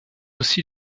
aussi